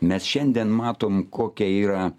mes šiandien matom kokia yra